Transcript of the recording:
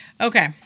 Okay